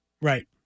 Right